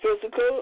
physical